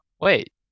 wait